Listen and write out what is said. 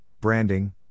branding